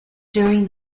during